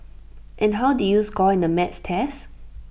and how did you score in the maths test